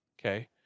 Okay